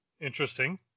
interesting